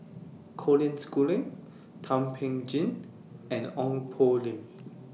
Colin Schooling Thum Ping Tjin and Ong Poh Lim